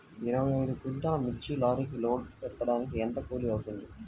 ఇరవై ఐదు క్వింటాల్లు మిర్చి లారీకి లోడ్ ఎత్తడానికి ఎంత కూలి అవుతుంది?